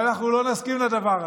ואנחנו לא נסכים לדבר הזה.